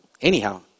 Anyhow